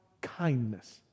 kindness